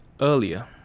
earlier